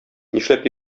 нишләп